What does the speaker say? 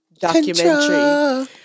documentary